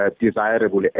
desirable